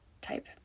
Type